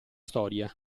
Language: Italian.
storia